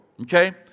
Okay